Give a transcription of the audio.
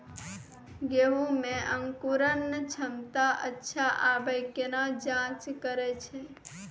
गेहूँ मे अंकुरन क्षमता अच्छा आबे केना जाँच करैय छै?